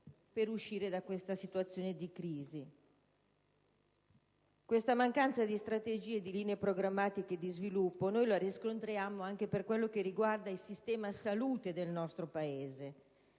per uscire da questa situazione di crisi. Tale mancanza di strategie e di linee programmatiche e di sviluppo è riscontrabile anche per quanto riguarda il sistema salute del nostro Paese.